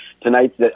tonight